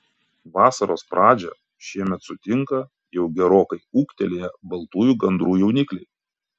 vasaros pradžią šiemet sutinka jau gerokai ūgtelėję baltųjų gandrų jaunikliai